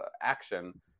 action